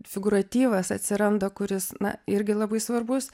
figūratyvas atsiranda kuris na irgi labai svarbus